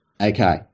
okay